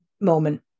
moment